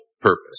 purpose